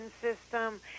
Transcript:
system